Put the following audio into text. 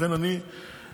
לכן אני מגדיל